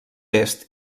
est